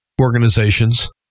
organizations